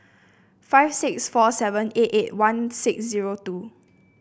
six five four seven eight eight one six zero two